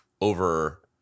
Over